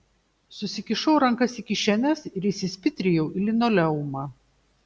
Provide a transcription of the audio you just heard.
susikišau rankas į kišenes ir įsispitrijau į linoleumą